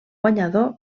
guanyador